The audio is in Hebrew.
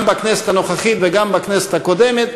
היו דברים, גם בכנסת הנוכחית וגם בכנסת הקודמת,